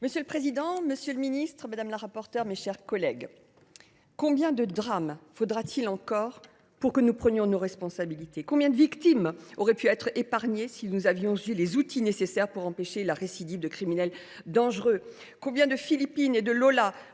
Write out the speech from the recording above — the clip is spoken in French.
Monsieur le président, monsieur le ministre, mes chers collègues, combien de drames faudra t il encore pour que nous prenions nos responsabilités ? Combien de victimes auraient pu être épargnées si nous avions eu les outils nécessaires pour empêcher la récidive de criminels dangereux ? Combien de Philippine et de Lola